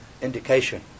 indication